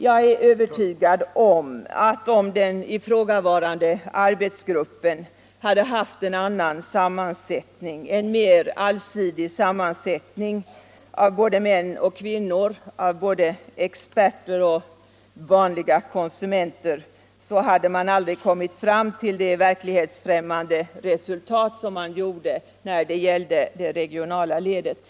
Jag är övertygad om att om den ifrågavarande arbetsgruppen hade haft en annan sammansättning — en mer allsidig sammansättning av både män och kvinnor, av både experter och vanliga konsumenter — skulle man aldrig ha kommit fram till det verklighetsfrämmande resultat som man gjorde när det gäller det regionala ledet.